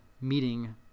meeting